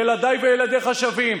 ילדיי וילדיך שווים.